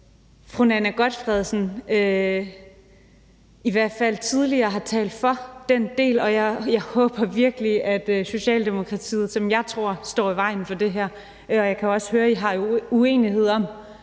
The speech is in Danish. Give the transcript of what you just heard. fru Nanna W. Gotfredsen i hvert fald tidligere har talt for den del, og jeg tror virkelig, at det er Socialdemokratiet, som jeg tror står i vejen for det her. Jeg kan også høre, at I har uenigheder om